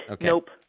nope